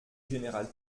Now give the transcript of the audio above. général